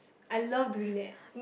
I love doing that